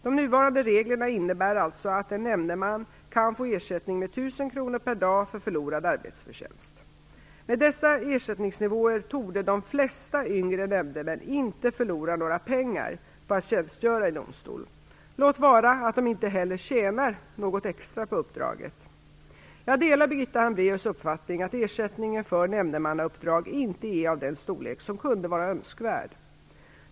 De nuvarande reglerna innebär alltså att en nämndeman kan få ersättning med 1 000 kr per dag för förlorad arbetsförtjänst. Med dessa ersättningsnivåer torde de flesta yngre nämndemän inte förlora några pengar på att tjänstgöra i domstol. Låt vara att de inte heller tjänar något extra på uppdraget. Jag delar Birgitta Hambraeus uppfattning att ersättningen för nämndemannauppdrag inte är av den storlek som kunde vara önskvärd.